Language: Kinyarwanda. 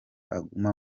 aguma